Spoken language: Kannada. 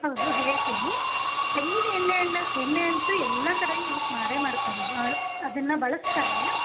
ಹೌದು ಹೇಳ್ತಿನಿ ತೆಂಗಿನ ಎಣ್ಣೆಣ್ಣೆ ಎಣ್ಣೆ ಅಂತೂ ಎಲ್ಲಾ ಕಡೆನೂ ಯೂಸ್ ಮಾಡೇ ಮಾಡ್ತಾರೆ ಅದನ್ನ ಬಳಸ್ತಾರೆ